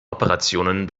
operationen